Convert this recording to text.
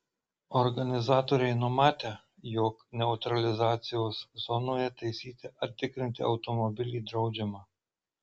organizatoriai numatę jog neutralizacijos zonoje taisyti ar tikrinti automobilį draudžiama